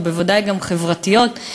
ובוודאי גם חברתיות-לאומיות,